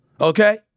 okay